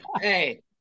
Hey